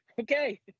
okay